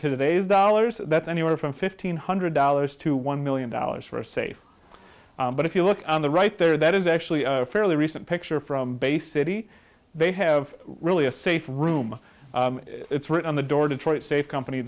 today's dollars that's anywhere from fifteen hundred dollars to one million dollars for a safe but if you look on the right there that is actually a fairly recent picture from bay city they have really a safe room it's written on the door detroit safe company